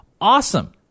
Awesome